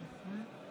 התוצאות: